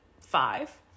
five